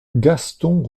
gaston